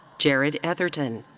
jared etherton.